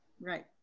Right